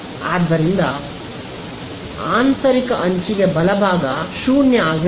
ಆದ್ದರಿಂದ ಆಂತರಿಕ ಅಂಚಿಗೆ ಬಲಭಾಗ 0 ಆಗಿರುತ್ತದೆ